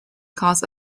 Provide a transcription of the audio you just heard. cause